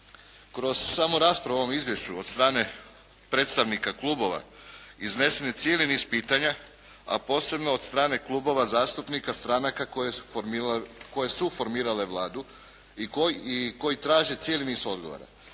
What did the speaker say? Kroz samu raspravu o ovom izvješću od strane predstavnika klubova iznesen je cijeli niz pitanja, a posebno od strane klubova zastupnika stranaka koje su formirale Vladu i koji traže cijeli niz odgovora.